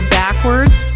backwards